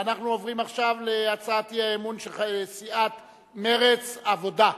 ואנחנו עוברים עכשיו להצעת האי-אמון של סיעות מרצ והעבודה,